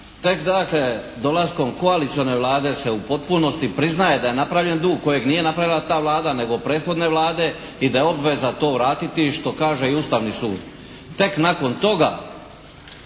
Tek gledajte dolaskom koalicione Vlade se u potpunosti priznaje da je napravljen dug kojeg nije napravila ta Vlada, nego prethodne Vlade i da je obveza to vratiti i što kaže Ustavni sud. Tek nakon toga